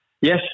Yes